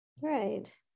Right